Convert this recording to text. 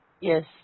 Yes